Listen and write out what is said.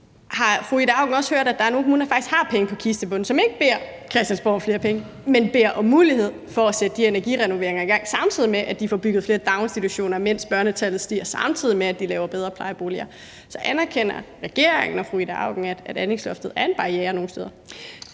har fru Ida Auken også hørt, at der faktisk er nogle kommuner, der har penge på kistebunden, som ikke beder Christiansborg om flere penge, men som beder om mulighed for at sætte de energirenoveringer i gang, samtidig med at de får bygget flere daginstitutioner, mens børnetallet stiger, samtidig med at de laver bedre plejeboliger? Så anerkender regeringen og fru Ida Auken, at anlægsloftet nogle steder